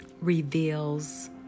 reveals